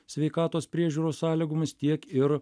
sveikatos priežiūros sąlygomis tiek ir